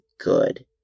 good